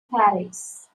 paris